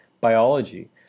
biology